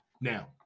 Now